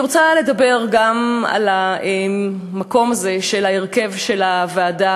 אני רוצה לדבר גם על המקום הזה של ההרכב של הוועדה